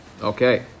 Okay